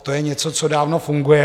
To je něco, co dávno funguje.